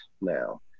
now